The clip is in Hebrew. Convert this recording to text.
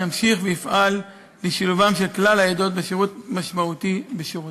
ימשיך ויפעל לשילובן של כלל העדות בשירות משמעותי בשורותיו.